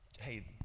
Hey